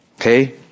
Okay